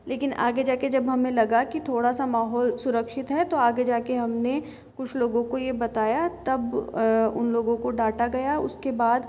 लेकिन आगे जाकर जब हमें लगा की थोड़ा सा माहौल सुरक्षित है तो आगे जाकर हमने कुछ लोगों को यह बताया तब उन लोगों को डांटा गया उसके बाद